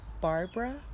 Barbara